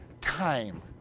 time